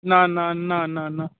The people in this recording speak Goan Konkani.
ना ना ना ना ना